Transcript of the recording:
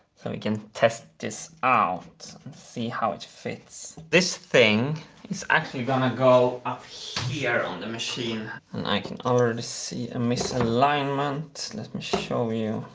so we can test this out see how it fits. this thing is actually gonna go up here on the machine and i can already see a misalignment. let me show you.